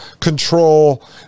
control